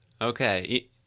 Okay